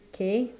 okay